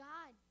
God